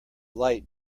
light